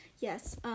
yes